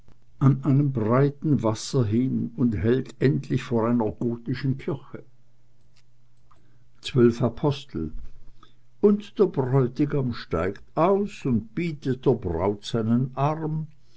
an einem breiten wasser hin und hält endlich vor einer gotischen kirche zwölf apostel und der bräutigam steigt aus und bietet der braut seinen arm